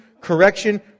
correction